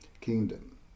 kingdom